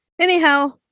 Anyhow